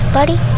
Buddy